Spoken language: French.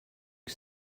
que